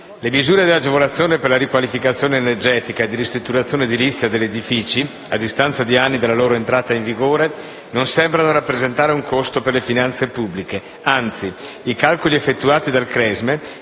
le misure di agevolazione per la riqualificazione energetica e di ristrutturazione edilizia degli edifici, a distanza di anni dalla loro entrata in vigore, non sembrano rappresentare un costo per le finanze pubbliche. Anzi, i calcoli effettuati dal CRESME